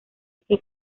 que